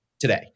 today